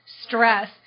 stress